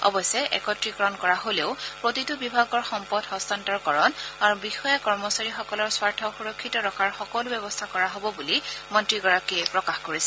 অৱশ্যে একত্ৰিকৰণ কৰা হলেও প্ৰতিটো বিভাগৰ সম্পদ হস্তান্তৰকৰণ আৰু বিষয়া কৰ্মচাৰীসকলৰ স্বাৰ্থ সুৰক্ষিত ৰখাৰ সকলো ব্যৱস্থা কৰা হ'ব বুলি মন্ত্ৰীগৰাকীয়ে প্ৰকাশ কৰিছে